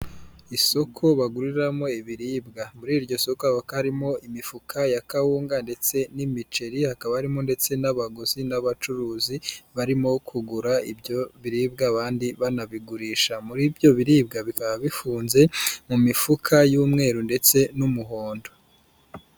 Isoko baguriramo ibiribwa, muri iryo soko hakaba harimo imifuka ya kawunga ndetse n'imiceri, hakaba harimo ndetse n'abaguzi n'abacuruzi barimo kugura ibyo biribwa abandi banabigurisha, muri ibyo biribwa bikaba bifunze mu mifuka y'umweru ndetse n'umuhondo.